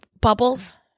bubbles